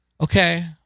Okay